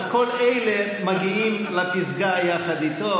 אז כל אלה מגיעים לפסגה יחד איתו.